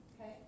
okay